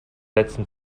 letzten